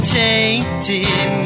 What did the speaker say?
tainted